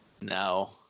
No